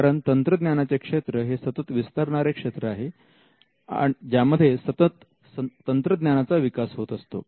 कारण तंत्रज्ञानाचे क्षेत्र हे सतत विस्तारणारे क्षेत्र आहे ज्यामध्ये सतत तंत्रज्ञानाचा विकास होत असतो